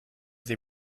they